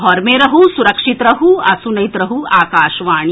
घर मे रहू सुरक्षित रहू आ सुनैत रहू आकाशवाणी